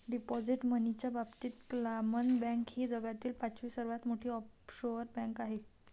deposit मनीच्या बाबतीत क्लामन बँक ही जगातील पाचवी सर्वात मोठी ऑफशोअर बँक आहे